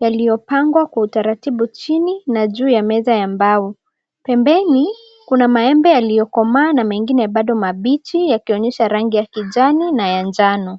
yaliyopangwa kwa utaratibu chini na juu ya meza ya mbao. Pembeni kuna maembe yaliyokomaa na mengine bado mabichi yakionyesha rangi ya kijani na ya njano.